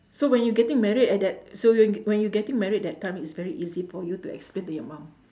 so when you getting married at that so y~ wh~ when you getting married that time is very easy for you to explain to your mum